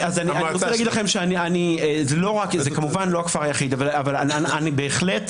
זה כמובן לא הכפר היחיד אבל אנחנו בהחלט